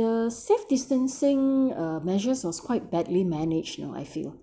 the safe distancing uh measures was quite badly managed you know I feel